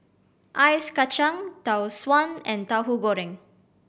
ice kacang Tau Suan and Tauhu Goreng